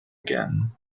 again